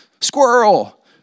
Squirrel